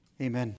Amen